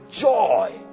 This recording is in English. joy